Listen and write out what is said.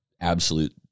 absolute